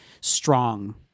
strong